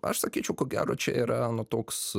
aš sakyčiau ko gero čia yra toks